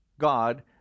God